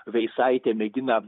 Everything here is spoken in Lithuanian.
veisaitė mėgina